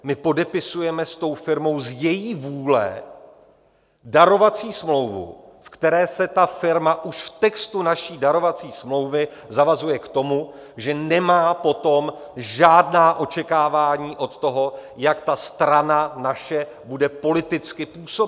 My podepisujeme s tou firmou z její vůle darovací smlouvu, ve které se ta firma už v textu naší darovací smlouvy zavazuje k tomu, že nemá potom žádná očekávání od toho, jak ta strana naše bude politicky působit.